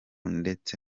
ndetse